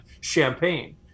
champagne